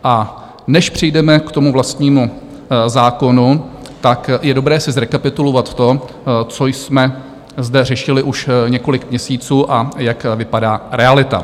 A než přijdeme k tomu vlastnímu zákonu, je dobré si zrekapitulovat to, co jsme zde řešili už několik měsíců, a jak vypadá realita.